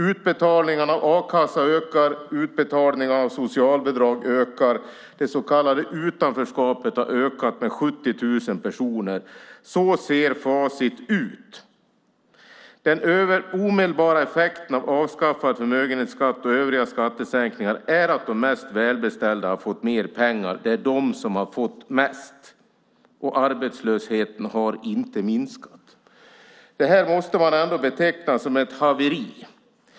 Utbetalningarna av a-kassa ökar. Utbetalningar av socialbidrag ökar. Det så kallade utanförskapet har ökat med 70 000 personer. Så ser facit ut. Den omedelbara effekten av avskaffad förmögenhetsskatt och övriga skattesänkningar är att de mest välbeställda har fått mer pengar. Det är de som har fått mest. Arbetslösheten har inte minskat. Det måste man ändå beteckna som ett haveri.